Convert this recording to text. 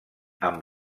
amb